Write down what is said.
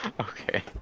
Okay